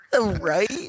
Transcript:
Right